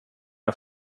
jag